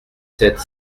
sept